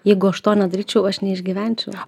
jeigu aš to nedaryčiau aš neišgyvenčiau